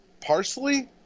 parsley